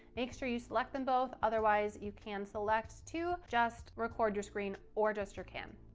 make sure you select them both, otherwise you can select to just record your screen or just your cam.